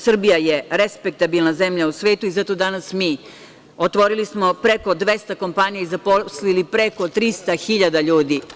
Srbija je respektabilna zemlja u svetu i zato danas mi, otvorili smo preko 200 kompanija i zaposlili preko 300 hiljada ljudi.